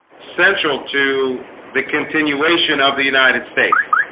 central to the continuation of the united states